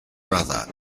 brother